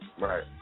right